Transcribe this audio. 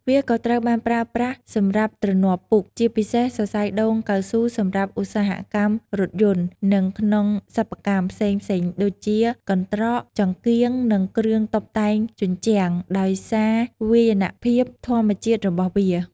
វាក៏ត្រូវបានប្រើប្រាស់សម្រាប់ទ្រនាប់ពូក ជាពិសេសសរសៃដូងកៅស៊ូសម្រាប់ឧស្សាហកម្មរថយន្ត និងក្នុង សិប្បកម្ម ផ្សេងៗដូចជា កន្ត្រក ចង្កៀង និងគ្រឿងតុបតែងជញ្ជាំង ដោយសារវាយនភាពធម្មជាតិរបស់វា។